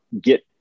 get